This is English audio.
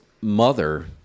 mother